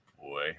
boy